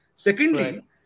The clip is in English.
Secondly